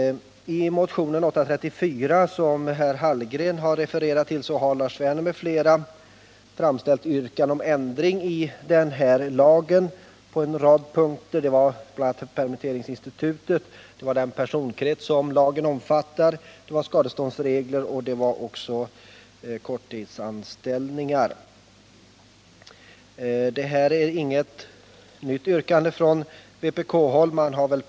I motionen 834, som Karl Hallgren har refererat till, har Lars Werner m.fl. framställt yrkande om ändring i denna lag på en rad punkter. Dessa gäller bl.a. permitteringsinstitutet, den personkrets som lagen omfattar, skadeståndsregler och korttidsanställningar. Det här är inget nytt yrkande från vpk-håll.